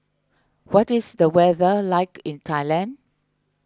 what is the weather like in Thailand